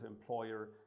employer